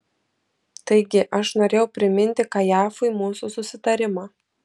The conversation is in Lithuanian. taigi aš norėjau priminti kajafui mūsų susitarimą